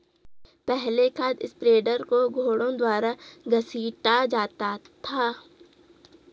पहले खाद स्प्रेडर को घोड़ों द्वारा घसीटा जाता था